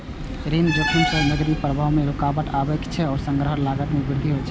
ऋण जोखिम सं नकदी प्रवाह मे रुकावट आबै छै आ संग्रहक लागत मे वृद्धि होइ छै